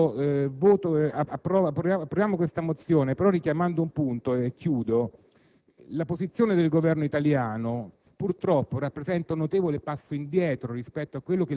e quindi perpetuerà il potere